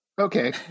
Okay